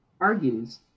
argues